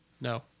No